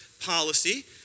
policy